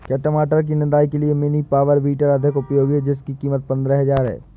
क्या टमाटर की निदाई के लिए मिनी पावर वीडर अधिक उपयोगी है जिसकी कीमत पंद्रह हजार है?